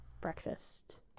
breakfast